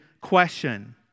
question